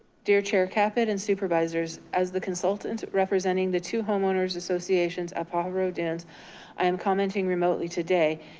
dear chair caput and supervisors, as the consultant representing the two homeowners associations pajaro dunes i am commenting remotely today,